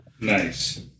Nice